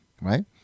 Right